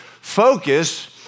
focus